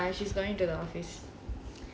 ya she's going to the office